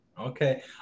Okay